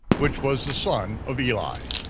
which was the son of eli.